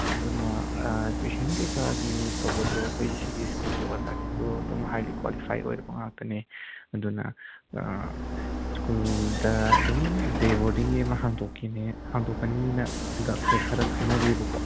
ꯑꯗꯨꯅ ꯑꯥ ꯇ꯭ꯋꯤꯁꯟ ꯀꯩꯀꯥꯒꯤ ꯇꯧꯕꯗꯣ ꯑꯩꯈꯣꯏ ꯁꯤꯒꯤ ꯁ꯭ꯀꯨꯜꯒꯤ ꯑꯣꯖꯥꯁꯤꯁꯨ ꯑꯗꯨꯝ ꯍꯥꯏꯗꯤ ꯀ꯭ꯋꯥꯂꯤꯐꯥꯏꯠ ꯑꯣꯏꯔꯕ ꯉꯥꯛꯇꯅꯤ ꯑꯗꯨꯅ ꯁ꯭ꯀꯨꯜꯗ ꯑꯗꯨꯝ ꯗꯦ ꯕꯣꯔꯗꯤꯡꯒꯤ ꯑꯃ ꯍꯥꯡꯗꯣꯛꯀꯅꯤꯅ ꯍꯟꯗꯛꯁꯤ ꯈꯔ ꯈꯟꯅꯔꯤꯕꯀꯣ